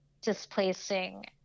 displacing